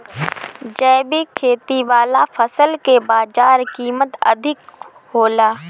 जैविक खेती वाला फसल के बाजार कीमत अधिक होला